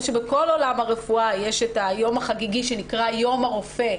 שבכל עולם הרפואה יש את היום החגיגי שנקרא: יום הרופא,